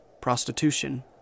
prostitution